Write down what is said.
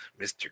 Mr